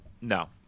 No